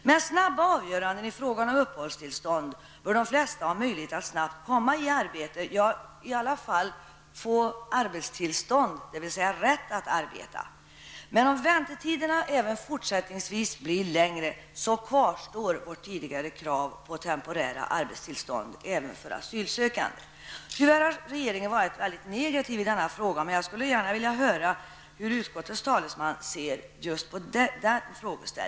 Med snabba avgöranden i fråga om uppehållstillstånd bör de flesta ha möjlighet att snabbt komma i arbete eller att i varje fall få arbetstillstånd, dvs. rätt att arbeta. Om väntetiderna även fortsättningsvis blir längre, kvarstår vårt tidigare krav på temporära arbetstillstånd även för asylsökande. Regeringen har tyvärr varit mycket negativ i denna fråga. Jag skulle gärna vilja höra hur utskottets talesman ser på denna fråga.